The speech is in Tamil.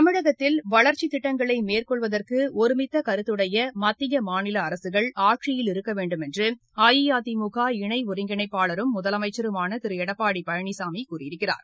தமிழகத்தில் வளர்ச்சித் திட்டங்களை மேற்கொள்வதற்கு ஒருமித்த கருத்துடைய மத்திய மாநில அரசுகள் ஆட்சியில் இருக்க வேண்டும் என்று அஇஅதிமுக இணை ஒருங்கிணைப்பாளரும் முதலமைச்சருமான திரு எடப்பாடி பழனிசாமி கூறியிருக்கிறார்